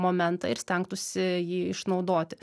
momentą ir stengtųsi jį išnaudoti